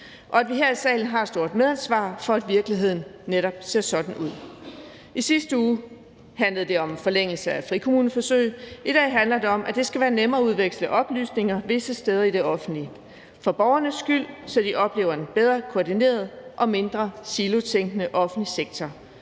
og at vi her i salen har et stort medansvar, for at virkeligheden kan komme til at se netop sådan ud. I sidste uge handlede det om forlængelse af frikommuneforsøget – i dag handler det om, at det skal være nemmere at udveksle oplysninger visse steder i det offentlige. Det skal det både for borgernes skyld, så de oplever en bedre koordineret og mindre silotænkende offentlig sektor,